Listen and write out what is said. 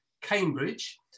Cambridge